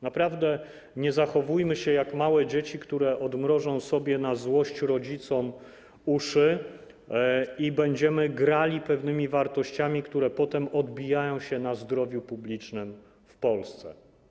Naprawdę nie zachowujmy się jak małe dzieci, które odmrożą sobie na złość rodzicom uszy, i nie grajmy pewnymi wartościami, które potem odbijają się na zdrowiu publicznym w Polsce.